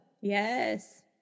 Yes